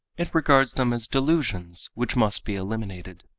it regards them as delusions which must be eliminated.